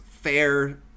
fair